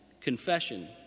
confession